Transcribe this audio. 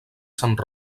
sant